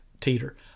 teeter